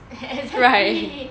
exactly